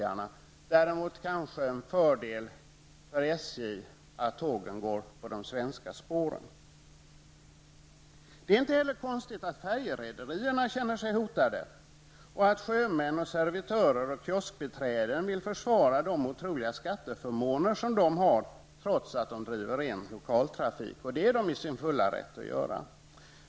Däremot vore det kanske en fördel för SJ om tågen skulle gå på svenska spår. Det är inte heller konstigt att färjerederierna känner sig hotade och att sjömän, servitörer och kioskbiträden vill försvara de otroliga skatteförmåner som de har trots att de arbetar med ren lokaltrafik. Det är de i sin fulla rätt att göra.